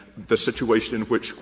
the situation in which,